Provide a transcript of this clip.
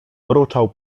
mruczał